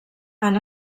han